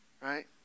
Right